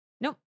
Nope